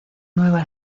nueva